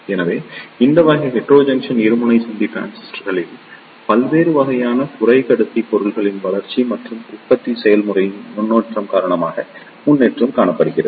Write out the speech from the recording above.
எனவே இந்த வகை ஹெட்டோரோஜங்க்ஷன் இருமுனை சந்தி டிரான்சிஸ்டர்களில் பல்வேறு வகையான குறைக்கடத்தி பொருட்களின் வளர்ச்சி மற்றும் உற்பத்தி செயல்முறையின் முன்னேற்றம் காரணமாக முன்னேற்றம் காணப்படுகிறது